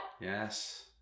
Yes